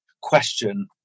question